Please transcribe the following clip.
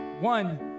one